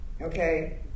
Okay